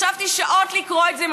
ישבתי שעות לקרוא את זה,